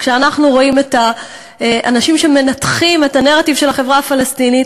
וכשאנחנו רואים את האנשים שמנתחים את הנרטיב של החברה הפלסטינית,